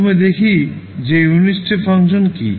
প্রথমে দেখি unit step function কী